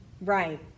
Right